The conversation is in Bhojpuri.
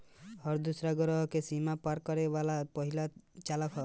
हर दूसरा ग्रह के सीमा के पार करे वाला पहिला चालक ह